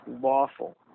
lawful